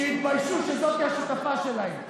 שיתביישו שזאת השותפה שלהם.